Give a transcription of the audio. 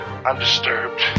undisturbed